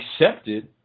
accepted